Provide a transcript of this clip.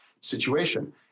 situation